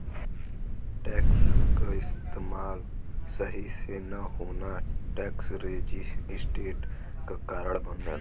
tax क इस्तेमाल सही से न होना टैक्स रेजिस्टेंस क कारण बनला